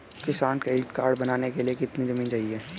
किसान credit card बनाने के लिए कितनी जमीन चाहिए?